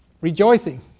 rejoicing